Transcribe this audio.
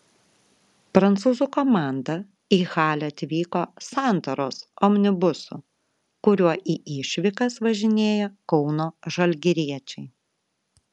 prancūzų komanda į halę atvyko santaros omnibusu kuriuo į išvykas važinėja kauno žalgiriečiai